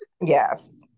yes